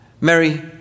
Mary